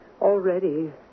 Already